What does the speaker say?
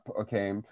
okay